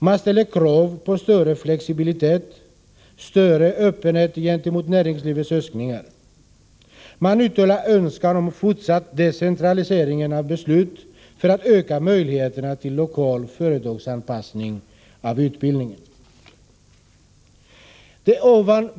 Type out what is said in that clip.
Man ställer krav på större flexibilitet, på större öppenhet gentemot näringslivets önskningar. Man uttalar en önskan om fortsatt decentralisering av besluten för att på det sättet öka möjligheterna till lokal företagsanpassning av utbildningen.